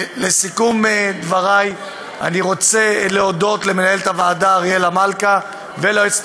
לסיום דברי אני רוצה להודות למנהלת הוועדה אריאלה מלכה וליועצת